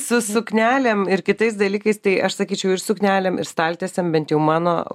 su suknelėm ir kitais dalykais tai aš sakyčiau ir suknelėm ir staltiesėm bent jau mano